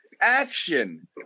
action